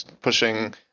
pushing